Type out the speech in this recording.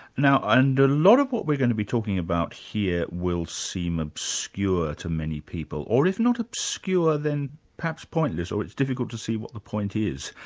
now a and lot of what we're going to be talking about here will seem obscure to many people, or if not obscure, then perhaps pointless, or it's difficult to see what the point is.